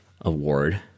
award